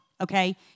Okay